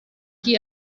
chi